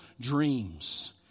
dreams